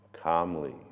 calmly